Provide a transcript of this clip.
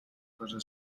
cosa